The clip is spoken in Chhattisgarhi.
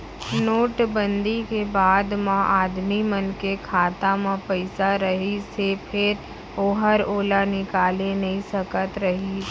नोट बंदी के बाद म आदमी मन के खाता म पइसा रहिस हे फेर ओहर ओला निकाले नइ सकत रहिस